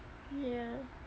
ya